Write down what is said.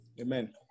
Amen